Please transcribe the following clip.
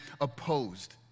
opposed